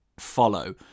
follow